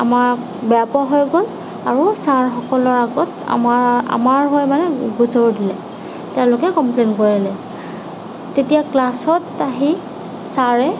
আমাক বেয়া পোৱা হৈ গ'ল আৰু ছাৰসকলৰ আগত আমাৰ আমাৰ হৈ মানে গোচৰো দিলে তেওঁলোকে কমপ্লেইন কৰিলে তেতিয়া ক্লাছত আহি ছাৰে